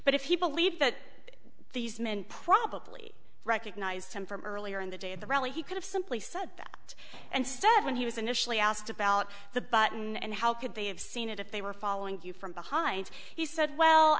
but if he believed that these men probably recognised him from earlier in the day the really he could have simply said that and said when he was initially asked about the button and how could they have seen it if they were following you from behind he said well